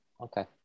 Okay